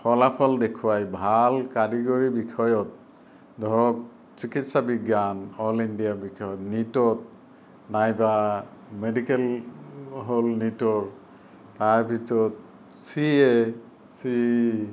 ভাল ফলাফল দেখুৱায় ভাল কাৰিকৰী বিষয়ত ধৰক চিকিৎসা বিজ্ঞান অল ইণ্ডিয়া ভিতৰত নীটত নাইবা মেডিকেল হ'ল নীটৰ তাৰ ভিতৰত চি এ চি